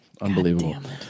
unbelievable